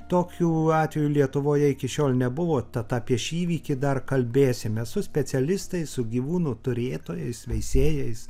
tokių atvejų lietuvoje iki šiol nebuvo tad apie šį įvykį dar kalbėsimės su specialistais su gyvūnų turėtojais veisėjais